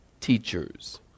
teachers